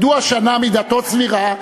מדוע שנה מידתו, סבירה?